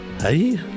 Hey